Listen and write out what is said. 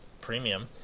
premium